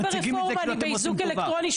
אני לא ברפורמה, אני באיזוק אלקטרוני.